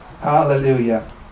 Hallelujah